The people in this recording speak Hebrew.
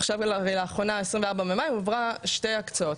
עכשיו לאחרונה 24 במאי ועברה שתי הקצאות,